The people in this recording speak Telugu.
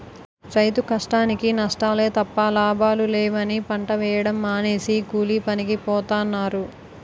రైతు కష్టానికీ నష్టాలే తప్ప లాభాలు లేవని పంట వేయడం మానేసి కూలీపనికి పోతన్నారు